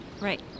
Right